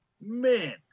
man